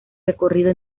recorrido